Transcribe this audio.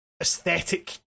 aesthetic